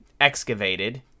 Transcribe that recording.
excavated